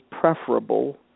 preferable